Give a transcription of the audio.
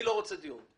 אני לא רוצה דיון.